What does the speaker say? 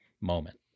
moment